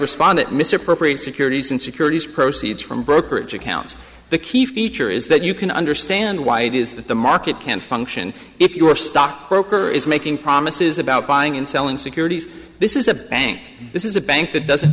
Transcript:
respondent misappropriate securities and securities proceeds from brokerage accounts the key feature is that you can understand why it is that the market can function if your stock broker is making promises about buying and selling securities this is a bank this is a bank that doesn't